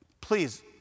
please